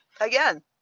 again